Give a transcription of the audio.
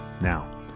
Now